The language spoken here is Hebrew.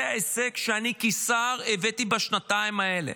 זה ההישג שאני כשר הבאתי בשנתיים האלה.